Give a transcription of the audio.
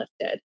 lifted